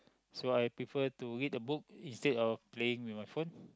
so I prefer to read a book instead of playing with my phone